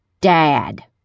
Dad